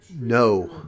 No